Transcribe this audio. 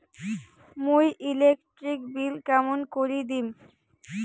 মুই electric bill কেমন করি দিম?